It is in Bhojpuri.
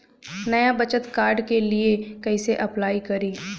नया बचत कार्ड के लिए कइसे अपलाई करी?